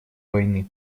войны